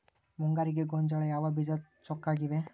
ಮುಂಗಾರಿಗೆ ಗೋಂಜಾಳ ಯಾವ ಬೇಜ ಚೊಕ್ಕವಾಗಿವೆ?